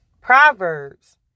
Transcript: proverbs